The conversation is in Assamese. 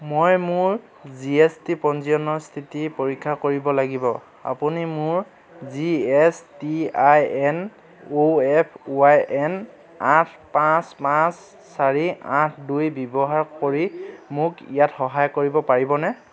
মই মোৰ জি এছ টি পঞ্জীয়নৰ স্থিতি পৰীক্ষা কৰিব লাগিব আপুনি মোৰ G S T I N O F Y N আঠ পাঁচ পাঁচ চাৰি আঠ দুই ব্যৱহাৰ কৰি মোক ইয়াত সহায় কৰিব পাৰিবনে